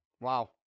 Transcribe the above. Wow